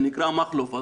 שנקרא מכלוף,